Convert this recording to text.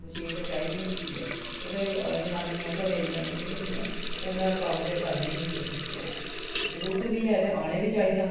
machine ते चाहिदी होंदी ऐ उ'दे जनानियां घरै दियां जनानियां जेह्ड़ियां होंदियां उ'नें कम्म ते करने गै होंदे न ओह् जरूरत बी है ते औना बी चाहिदा